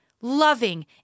loving